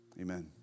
amen